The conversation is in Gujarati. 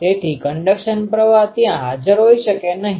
તેથી કન્ડકશન પ્રવાહconduction currentવહન પ્રવાહ ત્યાં હાજર હોઈ શકે નહી